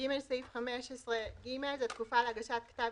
"(ג) סעיף 15(ג)" תקופה להגשת כתב